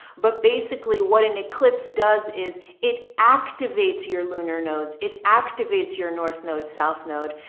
but basically what an eclipse does is it activates your lunar nodes. it activates your north node, south node.